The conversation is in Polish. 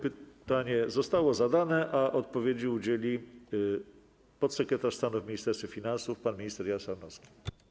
Pytanie zostało zadane, a odpowiedzi udzieli podsekretarz stanu w Ministerstwie Finansów pan minister Jan Sarnowski.